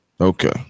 Okay